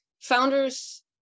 founders